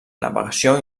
navegació